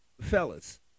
fellas